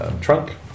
trunk